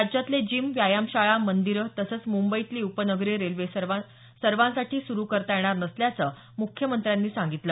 राज्यातले जिम व्यायामशाळा मंदीरं तसंच मुंबईतली उपनगरी रेल्वे सर्वांसाठी सुरू करता येणार नसल्याचं मुख्यमंत्र्यांनी सांगितलं